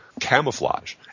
camouflage